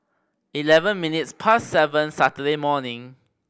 eleven minutes past seven Saturday morning